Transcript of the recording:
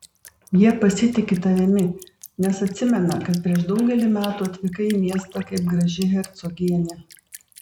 jie pasitiki tavimi nes atsimena kad prieš daugelį metų atvykai į miestą kaip graži hercogienė